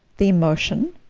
the emotion,